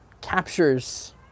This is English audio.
captures